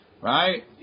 right